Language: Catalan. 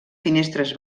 finestres